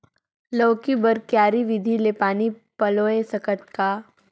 लौकी बर क्यारी विधि ले पानी पलोय सकत का?